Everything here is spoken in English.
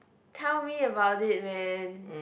tell me about it man